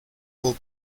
will